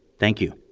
thank you